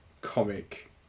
comic